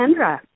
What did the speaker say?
Kendra